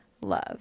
love